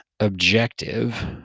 Objective